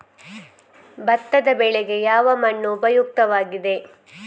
ಭತ್ತದ ಬೆಳೆಗೆ ಯಾವ ಮಣ್ಣು ಉಪಯುಕ್ತವಾಗಿದೆ?